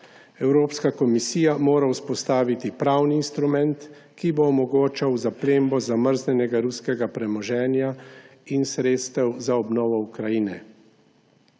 Evropska komisija mora vzpostaviti pravni instrument, ki bo omogočal zaplembo zamrznjenega ruskega premoženja in sredstev za obnovo Ukrajine.